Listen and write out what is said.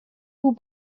vous